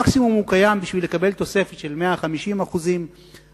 מקסימום הוא קיים בשביל לקבל תוספת של 150% במשכורת.